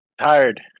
Tired